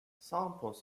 samples